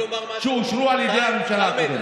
מיליארד שקל שאושרו על ידי הממשלה הקודמת.